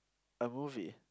a movie